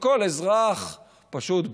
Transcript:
וכל אזרח פשוט בא,